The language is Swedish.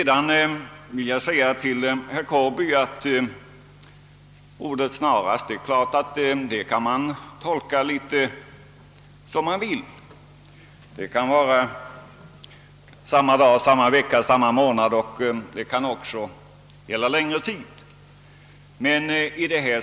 Jag vill säga till herr Gustafsson i Kårby att ordet »snarast» kan tolkas litet som man vill — det kan vara samma dag, samma vecka, samma månad, eller det kan gälla en längre tid.